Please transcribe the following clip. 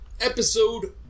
Episode